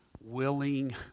willing